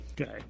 Okay